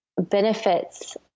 benefits